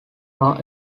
are